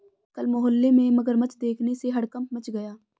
कल मोहल्ले में मगरमच्छ देखने से हड़कंप मच गया